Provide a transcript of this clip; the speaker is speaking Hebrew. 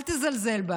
אל תזלזל בה.